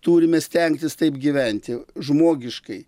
turime stengtis taip gyventi žmogiškai